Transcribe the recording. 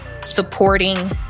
supporting